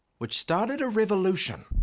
which started a revolution.